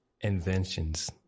inventions